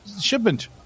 shipment